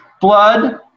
blood